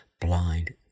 blind